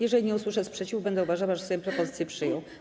Jeżeli nie usłyszę sprzeciwu, będę uważała, że Sejm propozycję przyjął.